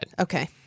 Okay